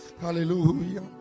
Hallelujah